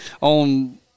on